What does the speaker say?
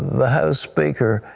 the house speaker,